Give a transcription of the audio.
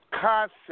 concept